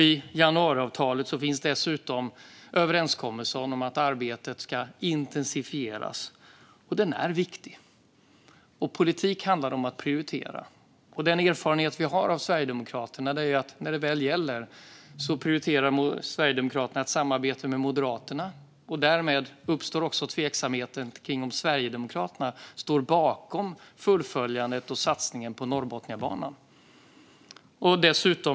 I januariavtalet finns dessutom en överenskommelse om att arbetet ska intensifieras. Norrbotniabanan är viktig. Politik handlar om att prioritera. Den erfarenhet vi har av Sverigedemokraterna är att när det väl gäller prioriterar de ett samarbete med Moderaterna. Därmed uppstår också tveksamheten huruvida Sverigedemokraterna står bakom satsningen på och fullföljandet av Norrbotniabanan.